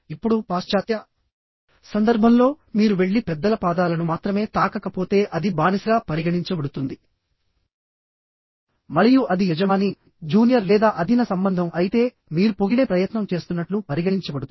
ఇప్పుడు పాశ్చాత్య సందర్భంలో మీరు వెళ్లి పెద్దల పాదాలను మాత్రమే తాకకపోతే అది బానిసగా పరిగణించబడుతుంది మరియు అది యజమాని జూనియర్ లేదా అధీన సంబంధం అయితే మీరు పొగిడే ప్రయత్నం చేస్తున్నట్లు పరిగణించబడుతుంది